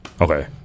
Okay